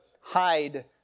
hide